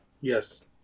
Yes